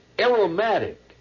aromatic